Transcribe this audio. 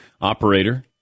Operator